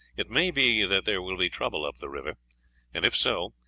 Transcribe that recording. it may be that there will be trouble up the river and if so,